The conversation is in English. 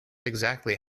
exactly